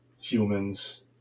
humans